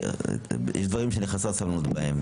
יש דברים שאני חסר סבלנות בהם.